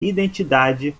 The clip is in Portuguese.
identidade